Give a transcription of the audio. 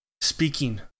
speaking